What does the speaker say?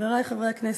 חברי חברי הכנסת,